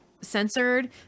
censored